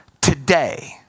today